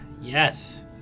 yes